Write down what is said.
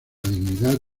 dignidad